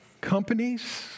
companies